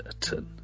certain